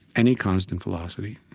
any constant velocity,